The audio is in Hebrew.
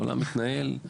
העולם מתנהל.